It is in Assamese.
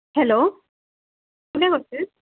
হেল্ল' কোনে কৈছে